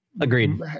agreed